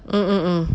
mm mm mm